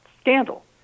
scandal